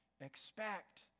Expect